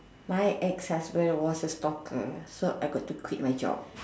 my ex husband was a stalker so I got to quit my job